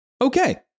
Okay